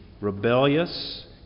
rebellious